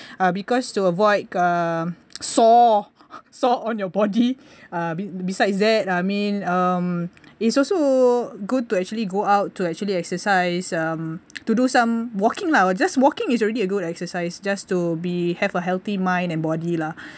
uh because to avoid a sore sore on your body uh besides that I mean um it's also good to actually go out to actually exercise um to do some walking lah just walking is already ya good exercise just to be have a healthy mind and body lah